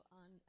on